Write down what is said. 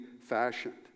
fashioned